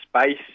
space